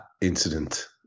incident